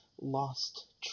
lost